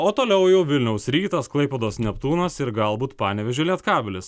o toliau jau vilniaus rytas klaipėdos neptūnas ir galbūt panevėžio lietkabelis